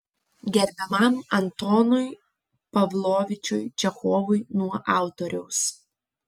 gerbiamam antonui pavlovičiui čechovui nuo autoriaus